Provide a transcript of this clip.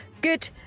Good